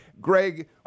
Greg